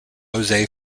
jose